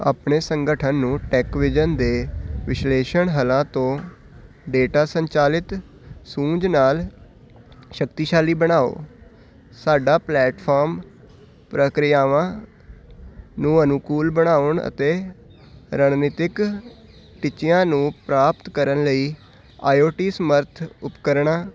ਆਪਣੇ ਸੰਗਠਨ ਨੂੰ ਟੈੱਕਵਿਜ਼ਨ ਦੇ ਵਿਸ਼ਲੇਸ਼ਣ ਹਲਾਂ ਤੋਂ ਡੇਟਾ ਸੰਚਾਲਿਤ ਸੂਝ ਨਾਲ ਸ਼ਕਤੀਸ਼ਾਲੀ ਬਣਾਓ ਸਾਡਾ ਪਲੇਟਫਾਰਮ ਪ੍ਰਕਿਰਿਆਵਾਂ ਨੂੰ ਅਨੁਕੂਲ ਬਣਾਉਣ ਅਤੇ ਰਣਨੀਤਕ ਟੀਚਿਆਂ ਨੂੰ ਪ੍ਰਾਪਤ ਕਰਨ ਲਈ ਆਈਓਟੀ ਸਮਰੱਥ ਉਪਕਰਣ